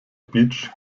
beach